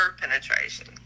penetration